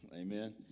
Amen